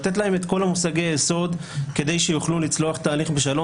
לתת להם את כל מושגי היסוד כדי שיוכלו לצלוח את ההליך בשלום